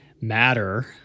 matter